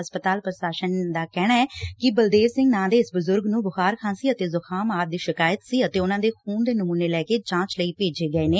ਹਸਪਤਾਲ ਪ੍ਸ਼ਾਸਨ ਦਾ ਕਹਿਣੈ ਕਿ ਬਲਦੇਵ ਸਿੰਘ ਨਾਂ ਦੇ ਇਸ ਬਜੁਰਗ ਨੂੰ ਬੁਖਾਰ ਖ਼ਾਸੀ ਅਤੇ ਜੁਖ਼ਾਮ ਆਦੀ ਦੀ ਸ਼ਿਕਾਇਤ ਸੀ ਅਤੇ ਉਨੂਾਂ ਦੇ ਖੂਨ ਦੇ ਨਮੂਨੇ ਲੈ ਕੇ ਜਾਂਚ ਲਈ ਭੇਜੇ ਗਏ ਨੇ